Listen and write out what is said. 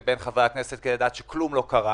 בין חברי הכנסת כדי לדעת שכלום לא קרה.